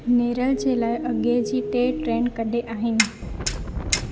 नेरल जे लाइ अॻिए जी टे ट्रेन कॾहिं आहिनि